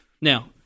Now